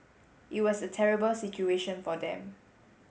it was a terrible situation for them